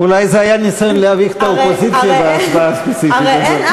אולי זה היה ניסיון להביך את האופוזיציה בהצבעה הספציפית הזאת.